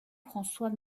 françois